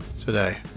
today